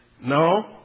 No